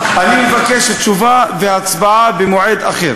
אני מבקש תשובה והצבעה במועד אחר.